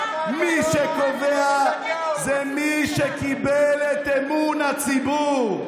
מי שקובע זה מי שקיבל את אמון הציבור.